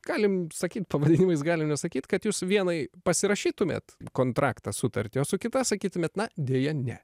galim sakyt pavadinimais galim nesakyt kad jūs vienai pasirašytumėt kontraktą sutartį su kita sakytumėte na deja ne